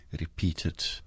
repeated